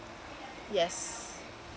yes